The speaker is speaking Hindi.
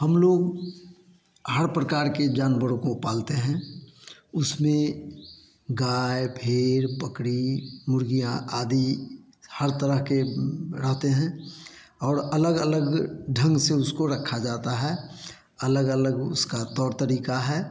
हम लोग हर प्रकार के जानवरों को पालते हैं उसमें गाय भेड़ बकरी मुर्गियाँ आदि हर तरह के रहते हैं और अलग अलग ढंग से उसको रखा जाता है अलग अलग उसका तौर तरीका है